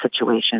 situation